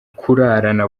kurarana